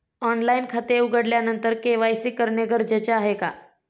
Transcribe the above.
Online खाते उघडल्यानंतर KYC करणे गरजेचे आहे का?